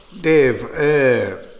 Dave